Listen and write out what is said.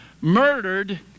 murdered